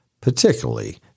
particularly